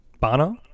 Bono